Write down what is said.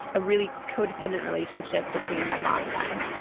a really co-dependent relationship between my mom and i,